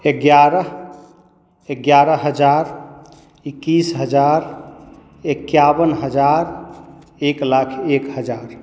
एगारह एगारह हजार इक्कीस हजार एकाबन हजार एक लाख एक हजार